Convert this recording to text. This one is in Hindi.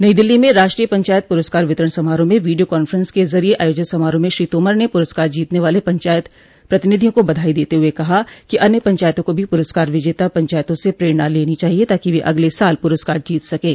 नई दिल्ली में राष्ट्रीय पंचायत पुरस्कार वितरण समारोह में वीडियो कांफ्रेंस के जरिए आयोजित समारोह में श्री तोमर ने पुरस्कार जीतने वाले पंचायत प्रतिनिधियों को बधाई देते हुए कहा कि अन्य पंचायतों को भी पुरस्कार विजेता पंचायतों से प्रेरणा लेनो चाहिए ताकि वे अगले साल पुरस्कार जीत सकें